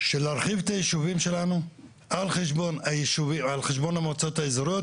של להרחיב את היישובים שלנו על חשבון המועצות האזוריות,